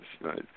right